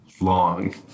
long